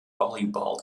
volleyball